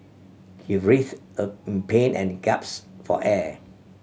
he writhed a in pain and gaps for air